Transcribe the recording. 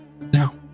Now